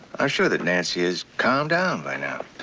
i'm sure that nqncy is calmed down by now.